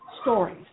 stories